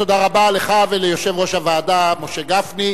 תודה רבה לך וליושב-ראש הוועדה משה גפני.